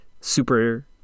super